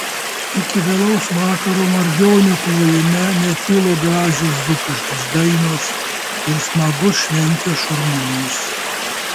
iki vėlaus vakaro margionių klojime netilo gražios dzūkiškos dainos ir smagus šventės šurmulys